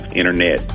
internet